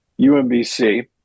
UMBC